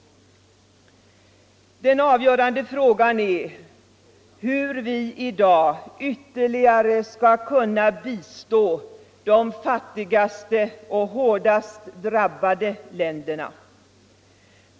Den avgörande frågan är hur vi i dag ytterligare skall kunna bistå de fattigaste och hårdast drabbade länderna.